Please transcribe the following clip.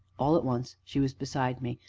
all at once, she was beside me,